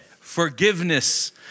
Forgiveness